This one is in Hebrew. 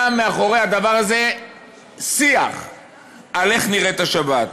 היה מאחורי הדבר הזה שיח על איך נראית השבת.